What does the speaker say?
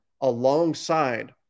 alongside